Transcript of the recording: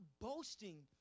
boasting